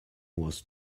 was